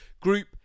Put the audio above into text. group